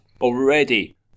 Already